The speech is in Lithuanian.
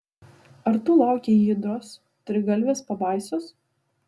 ar tu laukei hidros trigalvės pabaisos